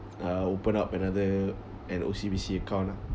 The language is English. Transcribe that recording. uh open up another an O_C_B_C account lah